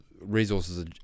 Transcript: resources